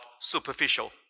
superficial